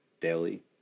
daily